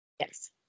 Yes